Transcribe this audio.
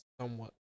somewhat